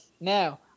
now